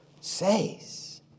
says